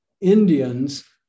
Indians